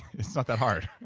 it's not that hard